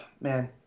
man